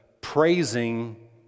praising